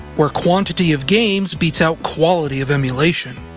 where quantity of games beats out quality of emulation.